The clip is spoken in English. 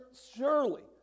Surely